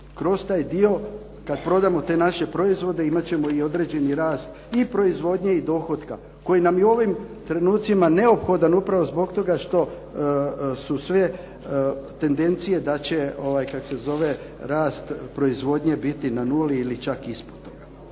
kroz taj dio kad prodamo te naše proizvode imat ćemo i određeni rast i proizvodnje i dohotka koji nam je u ovim trenucima neophodan upravo zbog toga što su sve tendencije da će rast proizvodnje biti na nuli ili čak ispod toga.